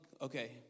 okay